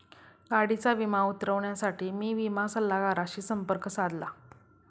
गाडीचा विमा उतरवण्यासाठी मी विमा सल्लागाराशी संपर्क साधला